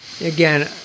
Again